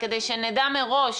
כדי שנדע מראש,